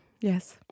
Yes